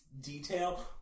detail